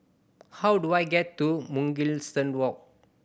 how do I get to Mugliston Walk